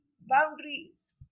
boundaries